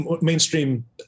mainstream